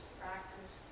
practice